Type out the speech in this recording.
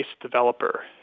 developer